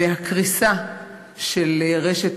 והקריסה של רשת,